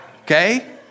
okay